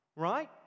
right